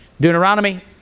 Deuteronomy